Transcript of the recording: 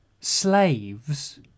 slaves